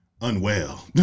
unwell